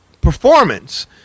performance